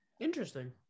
Interesting